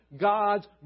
God's